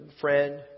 friend